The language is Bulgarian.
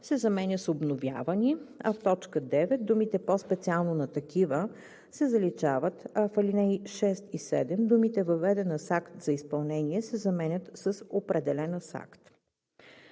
се заменя с „обновявани“, в т. 9 думите „по-специално на такива“ се заличават, а в ал. 6 и 7 думите „въведена с акт за изпълнение“ се заменят с „определена с акт“.